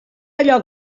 allò